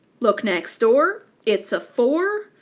look next door it's a four,